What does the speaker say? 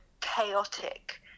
chaotic